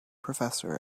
professor